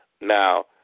Now